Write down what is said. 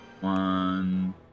One